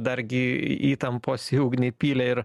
dargi įtampos į ugnį pylė ir